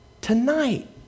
tonight